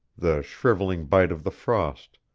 the shrivelling bite of the frost,